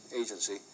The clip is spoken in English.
agency